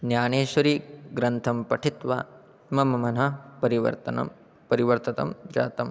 न्यानेश्वरीग्रन्थं पठित्वा मम मनः परिवर्तनं परिवर्ततं जातं